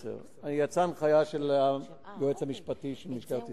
זה 2010. 2010. יצאה הנחיה של היועץ המשפטי של משטרת ישראל,